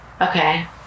Okay